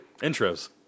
Intros